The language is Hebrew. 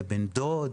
לבן דוד?